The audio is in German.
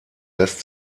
lässt